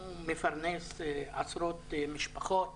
הוא מפרנס עשרות משפחות.